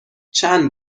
چند